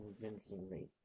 convincingly